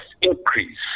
increase